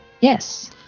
Yes